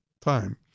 time